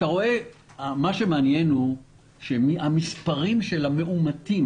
מה שמעניין הוא שהמספרים של המאומתים